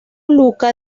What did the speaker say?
luca